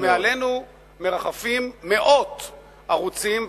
שמעלינו מרחפים מאות ערוצים,